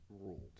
Ruled